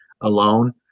alone